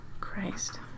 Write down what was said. Christ